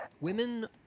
Women